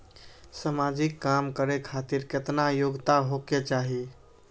समाजिक काम करें खातिर केतना योग्यता होके चाही?